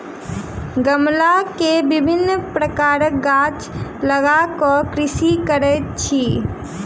गमला मे विभिन्न प्रकारक गाछ लगा क कृषि करैत अछि